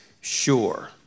sure